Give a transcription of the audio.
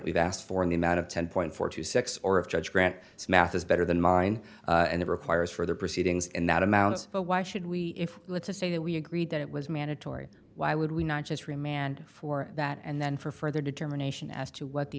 we've asked for in the amount of ten four to six or of judge grant mathis better than mine and it requires further proceedings in that amount but why should we if let's say that we agreed that it was mandatory why would we not just remand for that and then for further determination as to what the